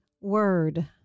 word